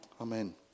Amen